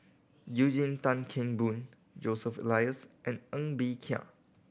Eugene Tan Kheng Boon Joseph Elias and Ng Bee Kia